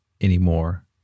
anymore